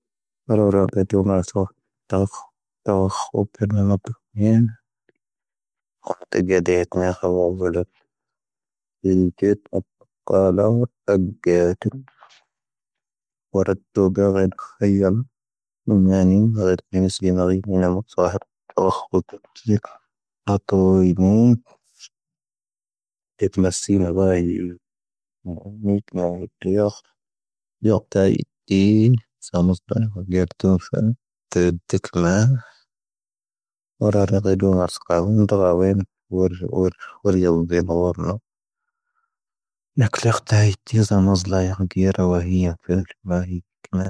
ⵡⴰⴳ ⵢⴰⴷⵓⵏⴼⵓⵏ ⵜⴷⵉⴽⵍⵏⴰⵏⴳ. ⴰⵓⵔ ⴰⵔⴰⴳⴰⴷⵓⵏⴰⵔ ⵙⴽⴰⵍⵓⵏ ⵔⴰⵡⴻⵏ. ⵡⵓⵔ ⵢⴰⴷⵓⵏ ⴰⵍoⵔ ⵏo. ⵏⴰ ⴽⵍoⴽⵜⴰ ⵀⵉⵜⵉ ⵣⴰⵏⴰⵣⵍⴰ ⵢⴰⴳⴳⵉⵔⴰ ⵡⴰⵀⵉⴰ. ⴼⵢⵔⵡⴰⵀⵉ ⴽⵏⴰ.